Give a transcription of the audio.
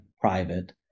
private